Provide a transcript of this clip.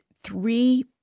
three